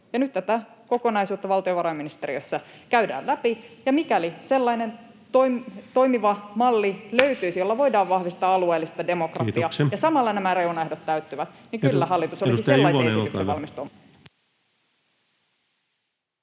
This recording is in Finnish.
Nyt tätä kokonaisuutta valtiovarainministeriössä käydään läpi, ja mikäli sellainen toimiva malli löytyisi, jolla voitaisiin vahvistaa alueellista demokratiaa [Puhemies: Kiitoksia!] ja jossa samalla nämä reunaehdot täyttyvät, niin kyllä hallitus olisi sellaisen esityksen valmis...